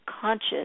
conscious